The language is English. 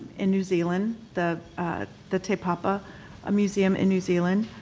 in new zealand the the te papa ah museum in new zealand,